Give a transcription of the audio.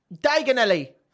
Diagonally